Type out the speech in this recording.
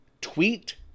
tweet